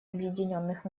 объединенных